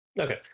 Okay